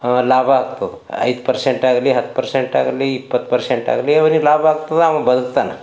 ಲಾಭ ಆಗ್ತದೆ ಐದು ಪರ್ಸೆಂಟಾಗ್ಲಿ ಹತ್ತು ಪರ್ಸೆಂಟಾಗ್ಲಿ ಇಪ್ಪತ್ತು ಪರ್ಸೆಂಟಾಗ್ಲಿ ಅವನಿಗೆ ಲಾಭ ಆಗ್ತದೆ ಅವ ಬದುಕ್ತಾನೆ